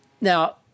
Now